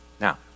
Now